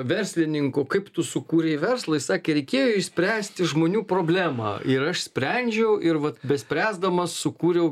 verslininkų kaip tu sukūrei verslą sakė reikėjo išspręsti žmonių problemą ir aš sprendžiau ir vat bespręsdamas sukūriau